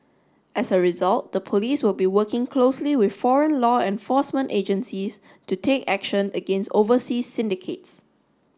as a result the police will be working closely with foreign law enforcement agencies to take action against overseas syndicates